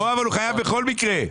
אבל הוא חייב בכל מקרה.